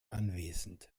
anwesend